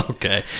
Okay